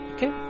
Okay